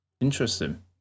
Interesting